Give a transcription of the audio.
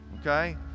Okay